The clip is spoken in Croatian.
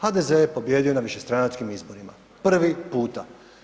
HDZ je pobijedio na višestranačkim izborima, prvi puta.